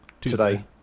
today